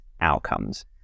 outcomes